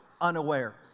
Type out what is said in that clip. unaware